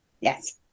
Yes